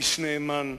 איש נאמן,